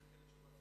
טוב.